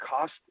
cost